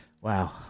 wow